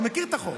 אני מכיר את החוק.